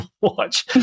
watch